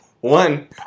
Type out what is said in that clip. one